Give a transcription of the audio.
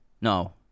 no